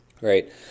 right